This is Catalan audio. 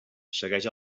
segueix